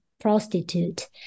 prostitute